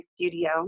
studio